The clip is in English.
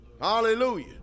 Hallelujah